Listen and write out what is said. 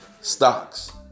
stocks